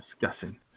discussing